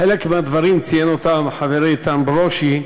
חלק מהדברים ציין חברי איתן ברושי.